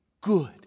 good